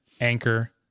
Anchor